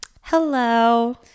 Hello